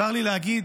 צר לי להגיד,